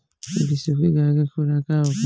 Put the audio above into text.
बिसुखी गाय के खुराक का होखे?